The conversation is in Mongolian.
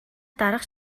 дарга